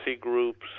groups